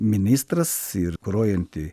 ministras ir kuruojanti